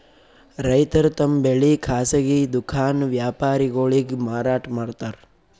ರೈತರ್ ತಮ್ ಬೆಳಿ ಖಾಸಗಿ ದುಖಾನ್ ವ್ಯಾಪಾರಿಗೊಳಿಗ್ ಮಾರಾಟ್ ಮಾಡ್ತಾರ್